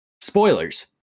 Spoilers